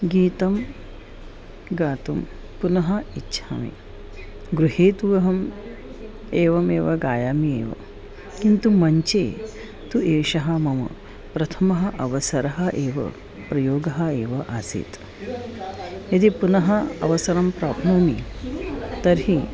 गीतं गातुं पुनः इच्छामि गृहे तु अहम् एवमेव गायामि एव किन्तु मञ्चे तु एषः मम प्रथमः अवसरः एव प्रयोगः एव आसीत् यदि पुनः अवसरं प्राप्नोमि तर्हि